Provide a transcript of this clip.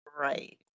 Right